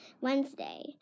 Wednesday